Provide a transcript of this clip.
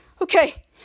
okay